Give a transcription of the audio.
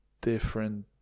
different